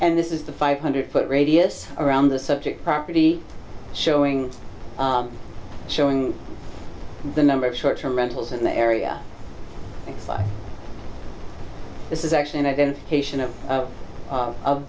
and this is the five hundred foot radius around the subject property showing showing the number of short term rentals in the area like this is actually an identification of of